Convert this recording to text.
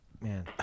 Man